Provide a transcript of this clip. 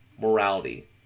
morality